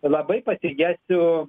labai pasigesiu